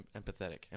empathetic